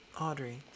Audrey